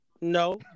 No